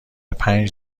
پنج